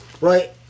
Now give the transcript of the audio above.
right